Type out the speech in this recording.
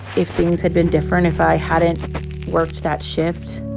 if things had been different, if i hadn't worked that shift,